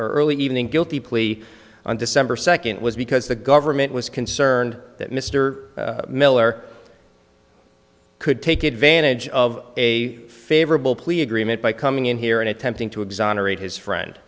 early evening guilty plea on december second was because the government was concerned that mr miller i could take advantage of a favorable plea agreement by coming in here and attempting to exonerate his friend